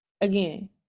again